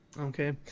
Okay